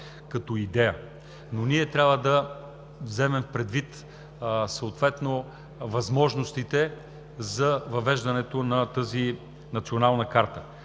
като идея, но ние трябва да вземем предвид съответно възможностите за въвеждането на тази национална карта.